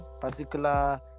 particular